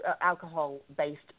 alcohol-based